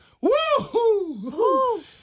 Woo-hoo